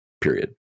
period